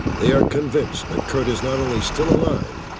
they are convinced that curt is not only still alive,